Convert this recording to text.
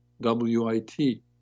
W-I-T